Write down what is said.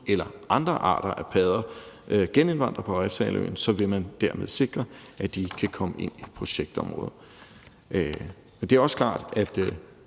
eller andre arter af padder skulle genindvandre på Refshaleøen, så vil man dermed sikre, at de ikke kan komme ind i projektområderne. Men det er også klart, at